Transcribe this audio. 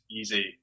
easy